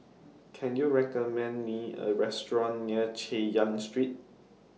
Can YOU recommend Me A Restaurant near Chay Yan Street